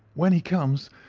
when he comes,